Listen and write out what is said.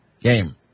game